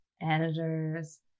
editors